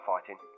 fighting